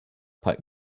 putt